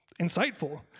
insightful